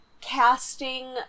casting